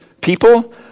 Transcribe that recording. people